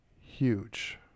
huge